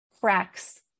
cracks